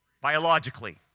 biologically